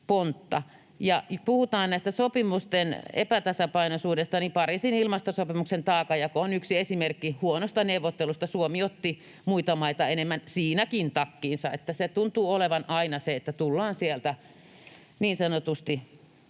puhutaan sopimusten epätasapainoisuudesta, niin Pariisin ilmastosopimuksen taakanjako on yksi esimerkki huonosta neuvottelusta. Suomi otti muita maita enemmän siinäkin takkiinsa. Se tuntuu olevan aina niin, että tullaan sieltä niin sanotusti